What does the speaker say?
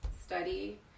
study